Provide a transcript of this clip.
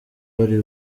bari